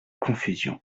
confusion